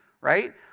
right